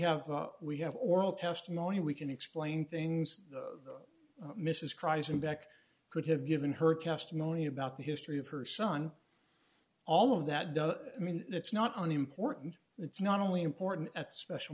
have we have oral testimony we can explain things the mrs cries and back could have given her testimony about the history of her son all of that doesn't mean it's not only important it's not only important at special